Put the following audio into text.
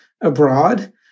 abroad